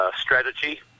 strategy